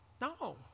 No